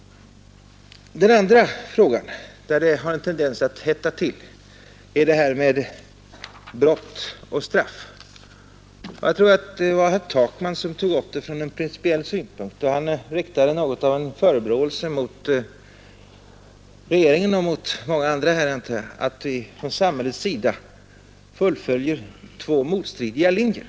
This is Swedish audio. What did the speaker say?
Den andra frågan där det finns en tendens att hetta till är det här med ”brott och straff”. Jag tror det var herr Takman som tog upp den frågan från en principiell synpunkt då han riktade något av en förebråelse mot regeringen och mot många andra här, antar jag, för att vi från samhällets sida fullföljer två motstridiga linjer.